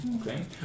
okay